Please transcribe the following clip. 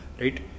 right